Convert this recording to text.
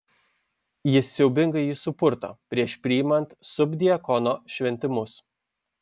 jis siaubingai jį supurto prieš priimant subdiakono šventimus